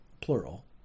plural